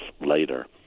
later